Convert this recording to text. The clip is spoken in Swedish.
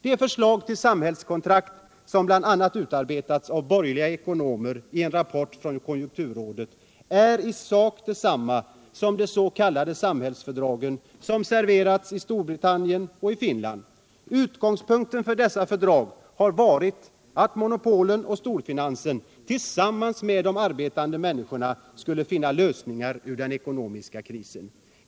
Det förslag till ”samhällskontrakt” som bl.a. utarbetats av borgerliga ekonomer i en rapport från Konjunkturrådet är i sak detsamma som de s.k. samhällsfördrag som serverats i Storbritannien och i Finland. Utgångspunkten för dessa fördrag har varit att monopol och storfinans tillsammans med de arbetande människorna skulle kunna finna lösningar ur den ekonomiska krisen.